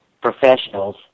professionals